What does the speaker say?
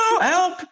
Help